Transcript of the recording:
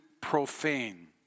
profane